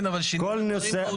כן, אבל שינו דברים מהותיים.